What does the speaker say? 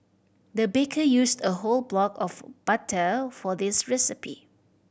the baker used a whole block of butter for this recipe